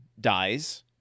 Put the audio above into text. dies